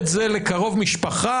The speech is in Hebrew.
לקרוב משפחה,